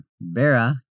Bera